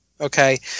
okay